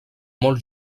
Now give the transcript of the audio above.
molt